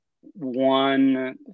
one